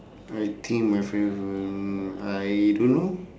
I think my favour~ I don't know